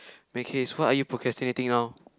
make haste what are you procrastinating now